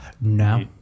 No